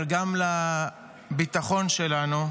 אבל גם לביטחון שלנו.